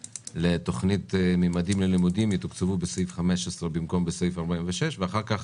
לתוכנית ממדים ללימודים יתוקצבו בסעיף 15 במקום בסעיף 46 ואחר כך